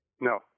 No